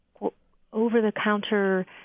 over-the-counter